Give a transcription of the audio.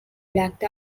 blacked